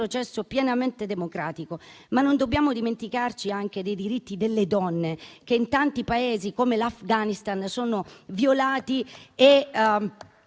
processo pienamente democratico. Non dobbiamo dimenticarci dei diritti delle donne, che in tanti Paesi come l'Afghanistan sono violati e